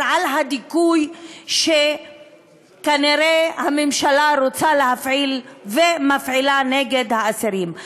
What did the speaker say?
חדשות על הדיכוי שכנראה הממשלה רוצה להפעיל ומפעילה נגד האסירים.